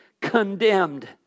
condemned